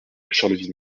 charleville